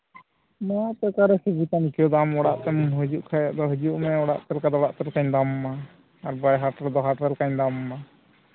ᱱᱚᱣᱟ ᱠᱚ ᱚᱠᱟᱨᱮ ᱥᱩᱵᱤᱫᱷᱟᱢ ᱟᱹᱭᱠᱟᱹᱣᱫᱟ ᱟᱢ ᱚᱲᱟᱜ ᱠᱷᱚᱱᱮᱢ ᱦᱤᱡᱩᱜ ᱠᱷᱟᱱ ᱫᱚ ᱦᱤᱡᱩᱜ ᱢᱮ ᱚᱲᱟᱜ ᱥᱮᱫ ᱞᱮᱠᱟᱧ ᱫᱟᱢᱟᱢᱟ ᱟᱨ ᱦᱟᱴᱨᱮ ᱫᱚ ᱦᱟᱴᱨᱮ ᱞᱮᱠᱟᱧ ᱫᱟᱢᱟᱢᱟ